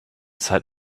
zeit